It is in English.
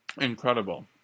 incredible